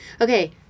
Okay